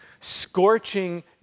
scorching